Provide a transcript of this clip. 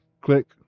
Click